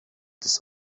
this